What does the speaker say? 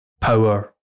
power